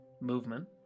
movement